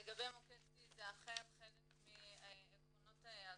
לגבי מוקד שיא, זה אכן חלק מעקרונות התכנית,